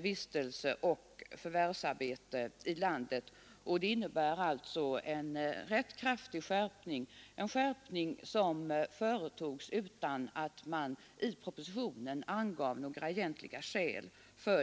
vistelse och förvärvsarbete i landet. Det är alltså en rätt kraftig skärpning, som företogs utan att man i praktiken angav några egentliga skäl.